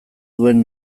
duen